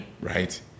right